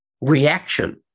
reaction